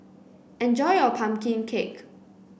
enjoy your pumpkin cake